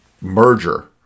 merger